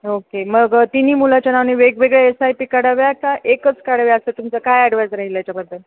okay मग तिन्ही मुलांच्या नावाने वेगवेगळे एस आय पी काढाव्यात का एकच काढावी असं तुमचं काय ॲडवाईज राहिल याच्याबद्दल